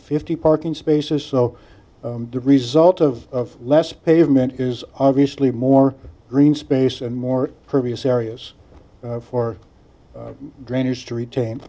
fifty parking spaces so the result of less pavement is obviously more green space and more previous areas for drainage to retain